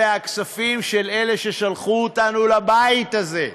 אלה הכספים של אלה ששלחו אותנו לבית הזה.